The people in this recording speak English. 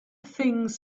things